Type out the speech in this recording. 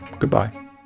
goodbye